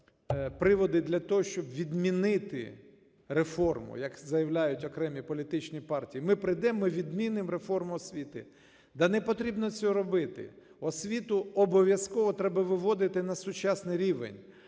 приводи для того, щоб відмінити реформу, як заявляють окремі політичні партії: "Ми прийдемо - ми відмінимо реформу освіти". Да непотрібно цього робити. Освіту обов'язково треба виводити на сучасний рівень.